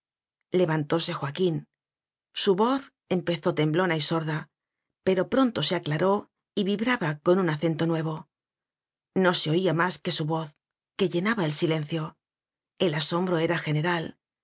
ble levantóse joaquín su voz empezó temblona y sorda pero pronto se aclaró y vibraba con un acento nuevo no se oía más que su voz que llenaba el silencio el asom bro era general